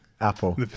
Apple